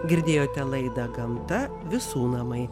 girdėjote laidą gamta visų namai